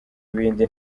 ibindi